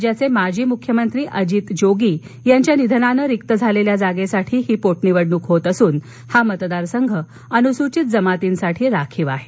राज्याचे माजी मुख्यमंत्री अजित जोगी यांच्या निधनानं रिक्त झालेल्या जागेसाठी ही पोटनिवडणूक होत असून हा मतदारसंघ अनुसूचित जमातींसाठी राखीव आहे